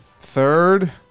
Third